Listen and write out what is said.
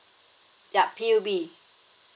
yup P_U_B